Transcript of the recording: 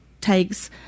takes